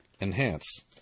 Enhance